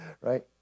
right